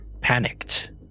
panicked